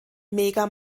mega